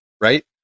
right